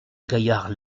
gaillard